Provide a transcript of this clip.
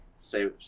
say